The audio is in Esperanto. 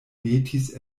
metis